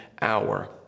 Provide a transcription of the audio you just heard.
hour